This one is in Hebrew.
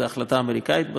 זאת החלטה אמריקנית,